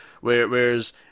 Whereas